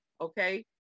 okay